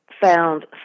found